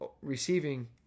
receiving